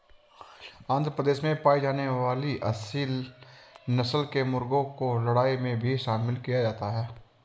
आंध्र प्रदेश में पाई जाने वाली एसील नस्ल के मुर्गों को लड़ाई में भी शामिल किया जाता है